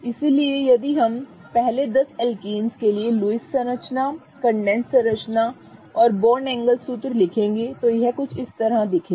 इसलिए यदि हम पहले दस एल्केनस के लिए लुईस संरचना कंडेंस्ड संरचना और बॉन्ड एंगल सूत्र लिखेंगे तो यह कुछ इस तरह दिखेगा